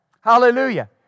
Hallelujah